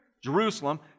Jerusalem